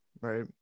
right